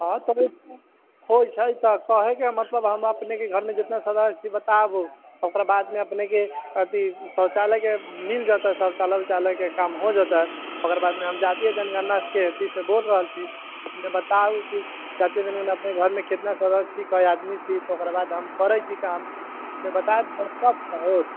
हँ होइ छै तऽ कहेके मतलबमे हम अपनेके घरमे जितना सदस्य बतायब ओकरा बादमे अपनेके अथी शौचालयके मिलि जेतै शौचायल औचालयके काम हो जेतै ओकरा बादमे हम जातीय जनगणनाके अथीसँ बोलि रहल छी अपने बताउ की अपनेक घरमे केतना सदस्य छी कए आदमी छी ओकर बाद हम करै छी काम अपने बताउ तब ने होत